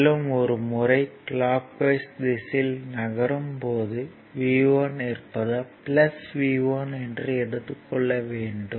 மேலும் ஒரு முறை கிளாக் வைஸ் திசையில் நகரும் போது V1 இருப்பதால் V1 என்று எடுத்துக் கொள்ள வேண்டும்